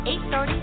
8.30